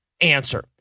answer